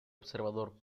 observador